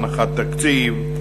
הנחת תקציב.